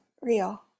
real